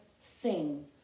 Sing